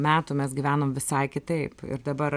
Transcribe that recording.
metų mes gyvenom visai kitaip ir dabar